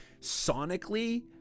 sonically